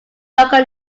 local